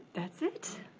that's it.